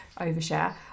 Overshare